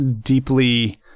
deeply